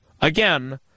again